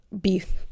beef